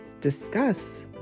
discuss